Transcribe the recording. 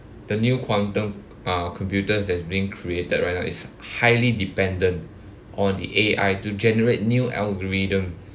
the new quantum uh computers as being created right now is highly dependent on the A_I to generate new algorithm